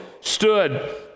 stood